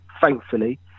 thankfully